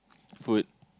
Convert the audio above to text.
food